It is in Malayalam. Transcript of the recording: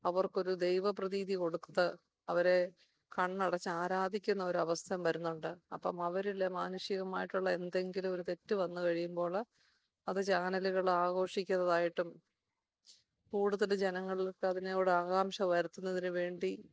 അവർക്ക് ഒരു ദൈവ പ്രതീതി കൊടുത്ത് അവരെ കണ്ണടച്ചു ആരാധിക്കുന്ന ഒരു അവസരം വരുന്നുണ്ട് അപ്പം അവരിൽ മാനുഷികമായിട്ടുള്ള എന്തെങ്കിലും ഒരു തെറ്റ് വന്നു കഴിയുമ്പോൾ അത് ചാനലുകൾ ആഘോഷിക്കുന്നതായിട്ടും കൂടുതൽ ജനങ്ങൾക്ക് അതിനോട് ആകാംഷ വരുത്തുന്നതിന് വേണ്ടി